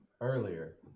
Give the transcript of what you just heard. earlier